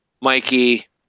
Mikey